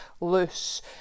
loose